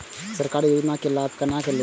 सरकारी योजना के लाभ केना लेब?